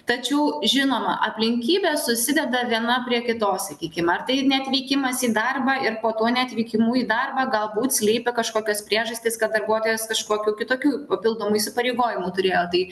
tačiau žinoma aplinkybės susideda viena prie kitos sakykim ar tai neatvykimas į darbą ir po to neatvykimu į darbą galbūt slypi kažkokios priežastys kad darbuotojas kažkokių kitokių papildomų įsipareigojimų turėjo tai